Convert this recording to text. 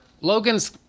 Logan's